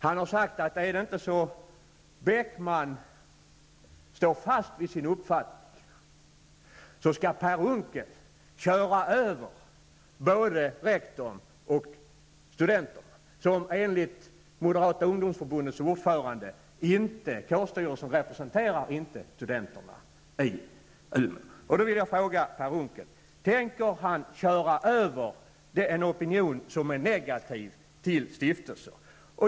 Han har sagt, att om inte rektor Lars Beckman står fast vid sin uppfattning skall Per Unckel köra över både honom och studenterna. Enligt Moderata ungdomsförbundets ordförande representerar inte kårstyrelsen studenterna i Umeå. Då vill jag fråga: Tänker Per Unckel köra över den opinion som är negativ till stiftelser?